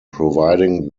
providing